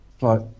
Right